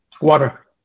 Water